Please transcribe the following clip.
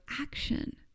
action